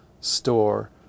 store